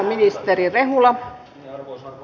arvoisa rouva puhemies